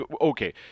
Okay